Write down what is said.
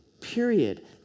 period